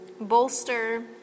bolster